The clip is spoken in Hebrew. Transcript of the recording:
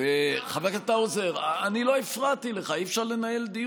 כאן יש מקלות וגזרים.